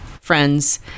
friends